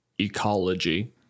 ecology